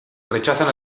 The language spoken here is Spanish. rechazan